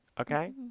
Okay